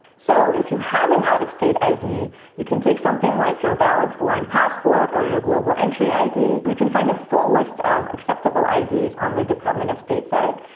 so if you have an out of state id you can take something like your valid foreign passport, or your global entry id. you can find a full list of acceptable id's on the department of state site,